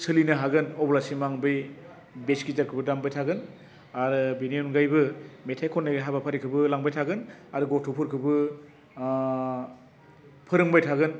सोलिनो हागोन अब्लासिम आंनि बे भेस गिटारखौबो दामबाय थागोन आरो बिनि अनगायैबो मेथाय खन्नाय हाबाफारिखौबो लांबाय थागोन आरो गथफोरखौबो आ फोरोंबाय थागोन